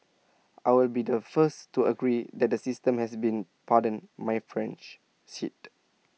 I'll be the first to agree that the system has been pardon my French shit